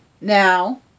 Now